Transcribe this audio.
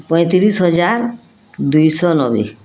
ପଇଁତିରିଶ ହଜାର ଦୁଇଶହ ନବେ